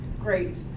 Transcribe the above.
great